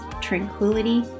tranquility